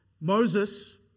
Moses